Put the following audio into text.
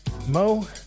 Mo